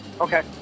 Okay